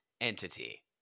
entity